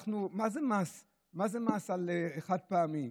מה זה מס על חד-פעמי?